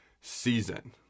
season